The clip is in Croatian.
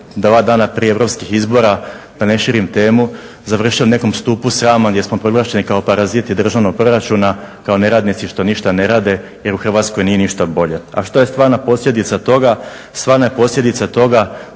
i dva dana prije europskih izbora da ne širim temu završili u nekom stupu srama gdje smo proglašeni kao paraziti državnog proračuna kao neradnici što ništa ne rade jer u Hrvatskoj nije ništa bolje. A što je stvarna posljedica toga? Stvarna je posljedica toga